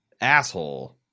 asshole